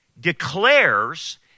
declares